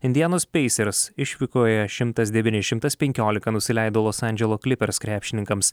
indianos pacers išvykoje šimtas devyni šimtas penkiolika nusileido los andželo clippers krepšininkams